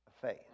faith